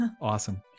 Awesome